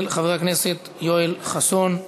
של חבר הכנסת יואל חסון.